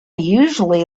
usually